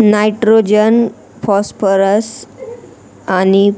nitrogen, phosphorus आणि